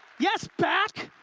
yes, back,